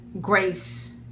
grace